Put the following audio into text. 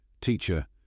Teacher